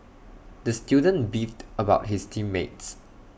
the student beefed about his team mates